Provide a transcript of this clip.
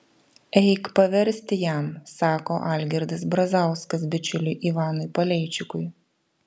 eik paversti jam sako algirdas brazauskas bičiuliui ivanui paleičikui